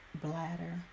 bladder